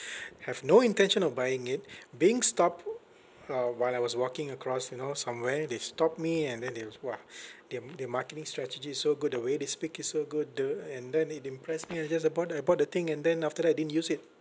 I have no intention of buying it being stopped uh while I was walking across you know somewhere they stopped me and then it was !wah! their their marketing strategy is so good the way they speak is so good the and then it impressed me I just uh bought I bought the thing and then after that I didn't use it